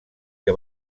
que